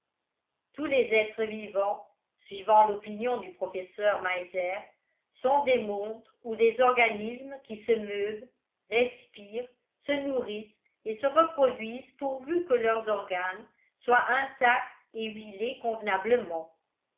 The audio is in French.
tous les êtres vivants suivant l'opinion du professeur meiser sont des montres ou des organismes qui se meuvent respirent se nourrissent et se reproduisent pourvu que leurs organes soient intacts et huilés convenablement